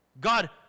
God